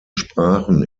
sprachen